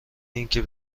اینکه